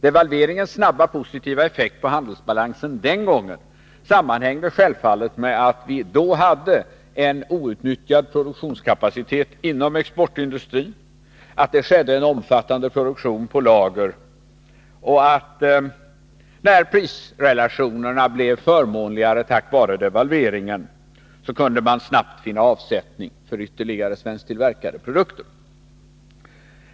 Devalveringens snabba positiva effekt på handelsbalansen den gången sammanhängde självfallet med att vi då hade en outnyttjad kapacitet i exportindustrin, att det skedde en omfattande produktion på lager och att man, när prisrelationerna blev förmånligare tack vare devalveringen, snabbt kunde finna avsättning för ytterligare svensktillverkade produkter.